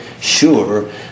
sure